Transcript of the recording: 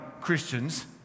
Christians